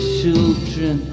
children